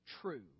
true